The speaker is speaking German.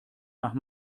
nach